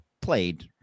played